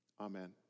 amen